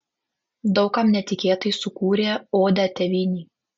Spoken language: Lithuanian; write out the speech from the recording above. daug kam netikėtai sukūrė odę tėvynei